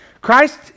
Christ